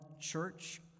church